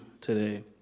today